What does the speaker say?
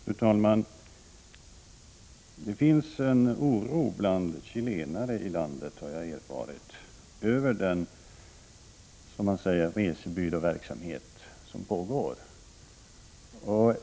Fru talman! Jag har erfarit att det finns en oro bland chilenare i landet över den, som man kallar det, resebyråverksamhet som pågår.